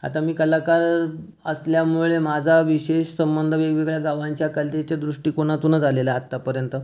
आता मी कलाकार असल्यामुळे माझा विशेष संबंध वेगवेगळ्या गावांच्या कलेच्या दृष्टिकोनातूनच आलेला आहे आत्तापर्यंत